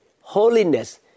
holiness